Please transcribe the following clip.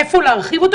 איפה להרחיב אותו?